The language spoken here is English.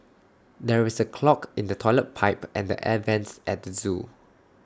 there is A clog in the Toilet Pipe and the air Vents at the Zoo